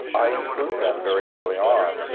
i include them very early on, you